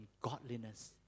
godliness